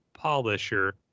Polisher